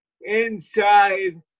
inside